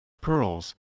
pearls